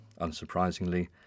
unsurprisingly